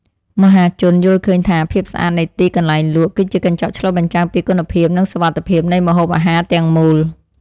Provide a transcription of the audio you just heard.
មហាជនយល់ឃើញថាភាពស្អាតនៃទីកន្លែងលក់ គឺជាកញ្ចក់ឆ្លុះបញ្ចាំងពីគុណភាពនិងសុវត្ថិភាពនៃម្ហូបអាហារទាំងមូល។